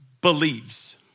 believes